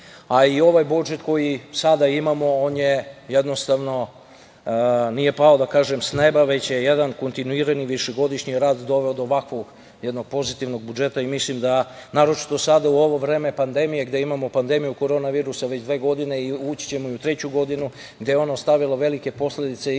a i ovaj budžet koji sada imamo on jednostavno nije pao sa neba već je jedan kontinuirani višegodišnji rad doveo do ovakvog jednog pozitivnog budžeta i mislim da naročito sada u ovo vreme pandemije gde imamo pandemiju korona virusa već dve godine i ući ćemo i u treću godinu, gde je ona ostavila velike posledice i na